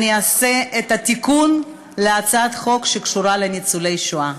אני אעשה את התיקון בהצעת חוק שקשורה לניצולי שואה.